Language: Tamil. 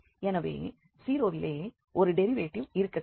எனவே 0 விலே ஒரு டெரிவேட்டிவ் இருக்கக் கூடும்